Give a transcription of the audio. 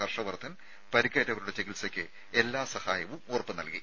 ഹർഷ വർദ്ധൻ പരിക്കേറ്റവരുടെ ചികിത്സയ്ക്ക് എല്ലാ സഹായവും ഉറപ്പ് നൽകി